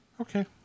Okay